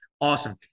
awesome